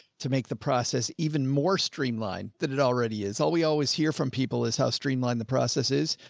to make the process even more streamlined than it already is. all we always hear from people is how streamlined the process is.